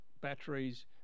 batteries